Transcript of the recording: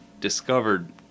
discovered